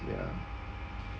ya